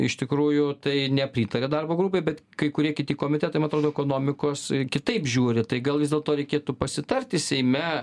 iš tikrųjų tai nepritaria darbo grupei bet kai kurie kiti komitetai man atrodo ekonomikos kitaip žiūri tai gal vis dėlto reikėtų pasitarti seime